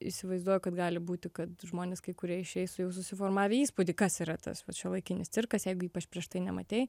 įsivaizduoju kad gali būti kad žmonės kai kurie išeis jau susiformavę įspūdį kas yra tas vat šiuolaikinis cirkas jeigu ypač prieš tai nematei